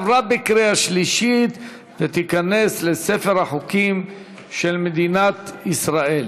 עברה בקריאה שלישית ותיכנס לספר החוקים של מדינת ישראל.